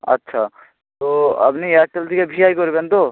আচ্ছা তো আপনি এয়ারটেল থেকে ভিআই করবেন তো